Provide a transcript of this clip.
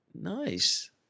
Nice